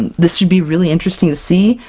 this should be really interesting to see!